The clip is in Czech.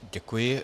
Děkuji.